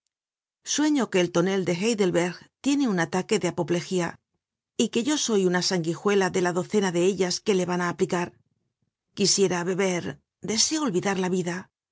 sueño que el tonel de heidelberg tiene un ataque de apoplegía y que yo soy una sangui juela de la docena de ellas que le van á aplicar quisiera beber deseo olvidar la vida